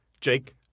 Jake